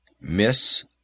Miss